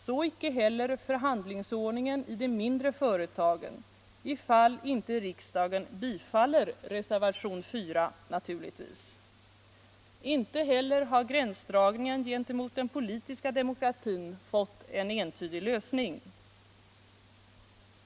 Så icke heller förhandlingsordningen i de mindre företagen, ifall riksdagen inte bifaller reservation 4 naturligtvis. Inte heller har gränsdragningen gentemot den politiska demokratin fått en entydig lösning.